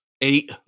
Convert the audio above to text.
eight